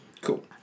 Cool